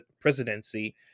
presidency